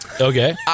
Okay